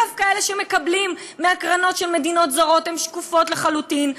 דווקא אלה שמקבלות מהקרנות של מדינות זרות הן שקופות לחלוטין.